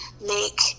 make